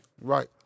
right